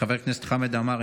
חבר הכנסת חמד עמאר,